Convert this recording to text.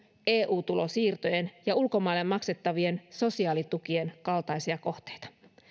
eu tulonsiirtojen ja ulkomaille maksettavien sosiaalitukien kaltaisia kohteita